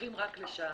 שולחים רק לשם.